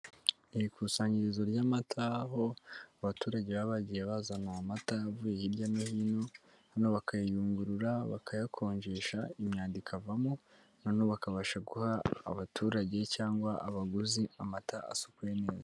Iri kusanyirizo ry'amata, aho abaturage baba bagiye bazana amata avuye hirya no hino, hano bakayayungurura, bakayakonjesha, imyanda ikavamo, noneho bakabasha guha abaturage cyangwa abaguzi amata asukuye neza.